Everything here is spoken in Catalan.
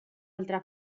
altra